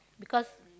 because